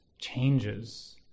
changes